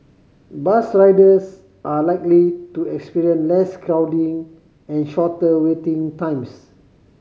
bus riders are likely to experience less crowding and shorter waiting times